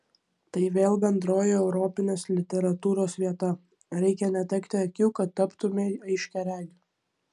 tai vėl bendroji europinės literatūros vieta reikia netekti akių kad taptumei aiškiaregiu